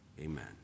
Amen